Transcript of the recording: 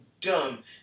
dumb